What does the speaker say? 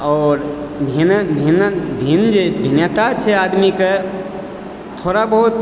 आओर भिन्न जे भिन्नता छै आदमीकऽ थोड़ा बहुत